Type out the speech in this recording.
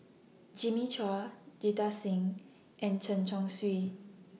Jimmy Chua Jita Singh and Chen Chong Swee